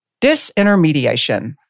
Disintermediation